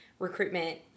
recruitment